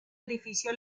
edificio